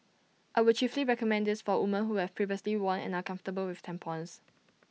I would chiefly recommend this for women who have previously worn and are comfortable with tampons